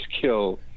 killed